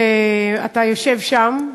אתה יושב שם,